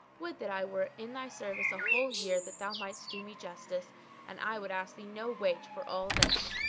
would that i were in thy service a whole year that thou mightest do me justice and i would ask thee no wage for all this.